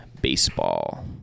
Baseball